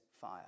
fire